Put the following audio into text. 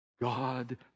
God